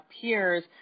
peers